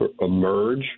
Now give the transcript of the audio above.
emerge